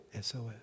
SOS